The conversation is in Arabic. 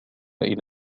إلى